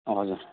अँ हजुर